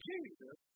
Jesus